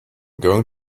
going